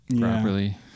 properly